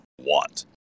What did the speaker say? want